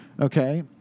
okay